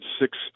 six